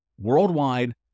worldwide